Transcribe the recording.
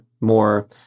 more